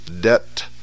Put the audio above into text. debt